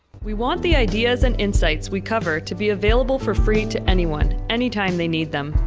we want the ideas and insights we cover to be available for free to anyone, any time they need them.